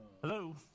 Hello